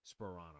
sperano